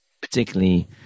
particularly